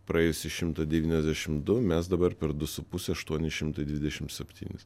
praėjusi šimtą devyniasdešim du mes dabar per du su puse aštuoni šimtai dvidešim septynis